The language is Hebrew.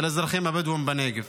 של האזרחים הבדואים בנגב.